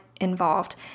involved